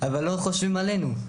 אבל לא חושבים עלינו.